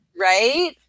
right